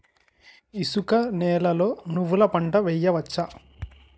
ఇసుక నేలలో నువ్వుల పంట వేయవచ్చా?